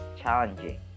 challenging